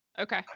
Okay